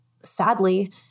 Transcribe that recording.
sadly